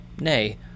nay